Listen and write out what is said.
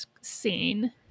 scene